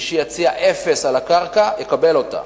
מי שיציע אפס על הקרקע, יקבל אותה,